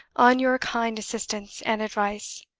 on your kind assistance and advice.